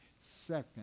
second